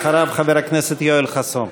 אחריו, חבר הכנסת יואל חסון.